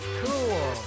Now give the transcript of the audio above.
cool